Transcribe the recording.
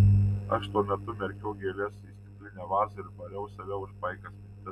aš tuo metu merkiau gėles į stiklinę vazą ir bariau save už paikas mintis